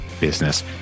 business